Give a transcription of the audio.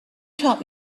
taught